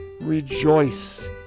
Rejoice